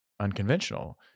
unconventional